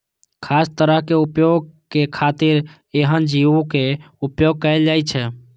खास तरहक प्रयोग के खातिर एहन जीवक उपोयग कैल जाइ छै